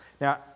Now